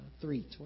Three